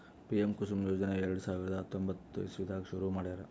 PM Kusum ಯೋಜನೆ ಎರಡ ಸಾವಿರದ್ ಹತ್ತೊಂಬತ್ತ್ ಇಸವಿದಾಗ್ ಶುರು ಮಾಡ್ಯಾರ್